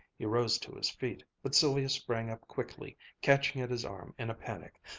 he rose to his feet, but sylvia sprang up quickly, catching at his arm in a panic.